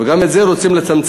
וגם את זה רוצים לצמצם.